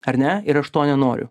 ar ne ir aš to nenoriu